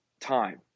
time